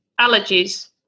allergies